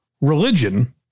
religion